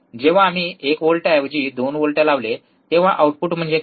जेव्हा आम्ही 1 व्होल्ट ऐवजी 2 व्होल्ट लावले तेव्हा आउटपुट म्हणजे काय